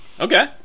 okay